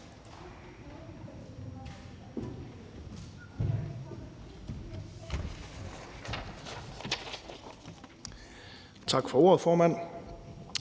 Tak for det, formand.